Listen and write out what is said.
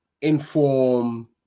inform